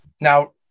now